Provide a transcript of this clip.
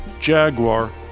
Jaguar